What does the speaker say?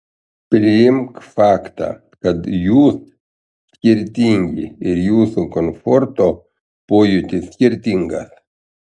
priimk faktą kad jūs skirtingi ir jūsų komforto pojūtis skirtingas